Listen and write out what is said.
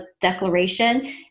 declaration